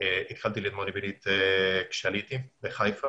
התחלתי ללמוד עברית באולפן בחיפה,